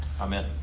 Amen